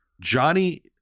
Johnny